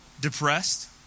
depressed